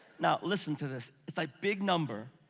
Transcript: now, listen to this. it's a big number.